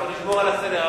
אנחנו נשמור על הסדר.